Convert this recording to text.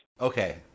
Okay